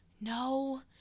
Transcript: no